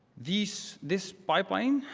this this pipeline,